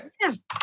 Yes